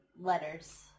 letters